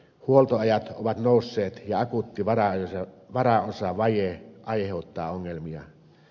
huoltoajat ovat nousseet ja akuutti varaosavaje aiheuttaa ongelmia